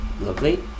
lovely